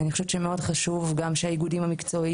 לכן אני חושבת שזה מאוד חשוב שהאיגודים המקצועיים,